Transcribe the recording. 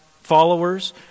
followers